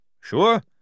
Sure